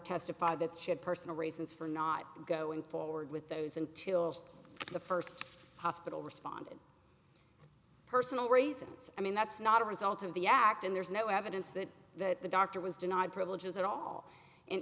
testified that she had personal reasons for not go in forward with those until the first hospital responded personal reasons i mean that's not a result of the act and there's no evidence that that the doctor was denied privileges at all